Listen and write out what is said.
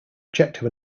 objective